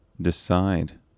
decide